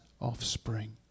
offspring